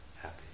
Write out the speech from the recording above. happy